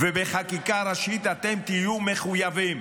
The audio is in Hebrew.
ובחקיקה ראשית אתם תהיו מחויבים.